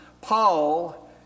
Paul